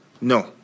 No